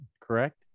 correct